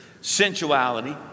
sensuality